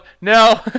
no